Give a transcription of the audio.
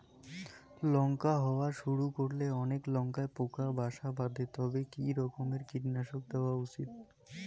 লঙ্কা হওয়া শুরু করলে অনেক লঙ্কায় পোকা বাসা বাঁধে তবে কি রকমের কীটনাশক দেওয়া উচিৎ?